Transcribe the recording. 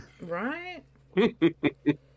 Right